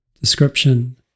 Description